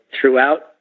throughout